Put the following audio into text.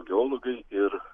geologai ir